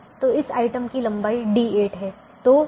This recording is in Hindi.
तो इस आइटम की लंबाई D8 है